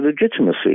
legitimacy